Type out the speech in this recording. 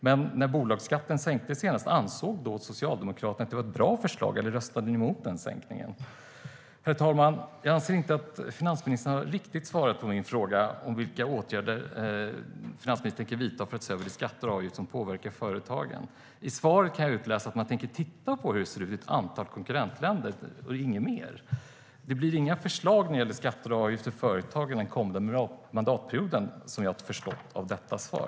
Men ansåg Socialdemokraterna att det var ett bra förslag när bolagsskatten sänktes senast, eller röstade ni emot den sänkningen? Herr talman! Jag anser inte att finansministern riktigt har svarat på min fråga om vilka åtgärder finansministern tänker vidta för att se över de skatter och avgifter som påverkar företagen. Av svaret kan jag utläsa att man tänker titta på hur det ser ut i ett antal konkurrentländer och inget mer. Det blir inga förslag när det gäller skatter och avgifter för företagen den kommande mandatperioden, som jag har förstått av detta svar.